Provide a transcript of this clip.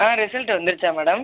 ஆ result வந்துடுச்சா madam